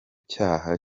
cyaha